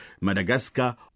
Madagascar